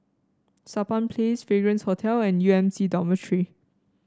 Sampan Place Fragrance Hotel and U M C Dormitory